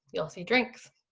you'll see drinks.